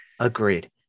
Agreed